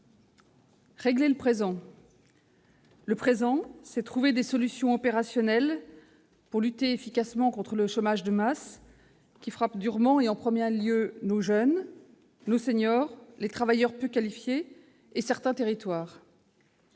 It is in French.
Régler le présent », c'est trouver des solutions opérationnelles pour lutter efficacement contre le chômage de masse, qui frappe durement et frappe en premier lieu nos jeunes, nos seniors et nos travailleurs peu qualifiés, en particulier dans